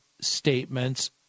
statements